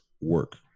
work